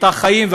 את החיים,